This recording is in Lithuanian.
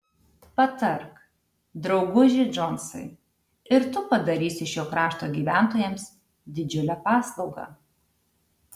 patark drauguži džonsai ir tu padarysi šio krašto gyventojams didžiulę paslaugą